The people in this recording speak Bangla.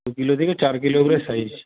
দু কিলো থেকে চার কিলোর করে সাইজ